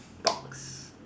box